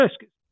risk